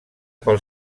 pel